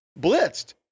blitzed